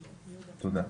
תודה.